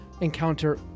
encounter